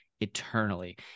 eternally